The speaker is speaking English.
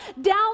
down